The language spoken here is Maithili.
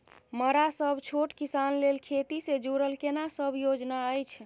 मरा सब छोट किसान लेल खेती से जुरल केना सब योजना अछि?